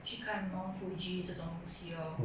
去看 mount fuji 这种东西 lor